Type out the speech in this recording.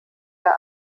der